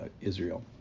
Israel